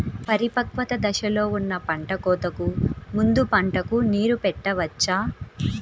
పరిపక్వత దశలో ఉన్న పంట కోతకు ముందు పంటకు నీరు పెట్టవచ్చా?